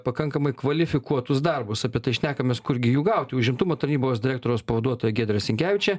pakankamai kvalifikuotus darbus apie tai šnekamės kurgi jų gauti užimtumo tarnybos direktoriaus pavaduotoja giedrė sinkevičė